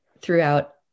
throughout